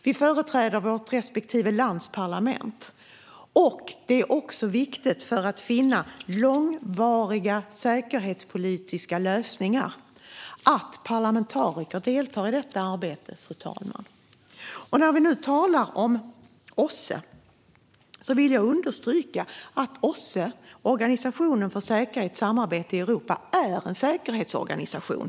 Vi företräder vårt respektive lands parlament. För att finna långvariga säkerhetspolitiska lösningar är det viktigt att även parlamentariker deltar i detta arbete, fru talman. Jag vill understryka att OSSE, Organisationen för säkerhet och samarbete i Europa, är en säkerhetsorganisation.